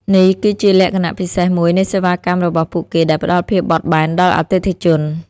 នេះគឺជាលក្ខណៈពិសេសមួយនៃសេវាកម្មរបស់ពួកគេដែលផ្តល់ភាពបត់បែនដល់អតិថិជន។